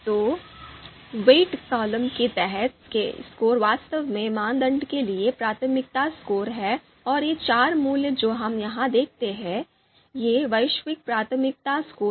तो weight column के तहत ये स्कोर वास्तव में मानदंडों के लिए प्राथमिकता स्कोर हैं और ये चार मूल्य जो हम यहां देखते हैं ये वैश्विक प्राथमिकता स्कोर हैं